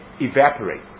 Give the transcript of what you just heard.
evaporate